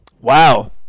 Wow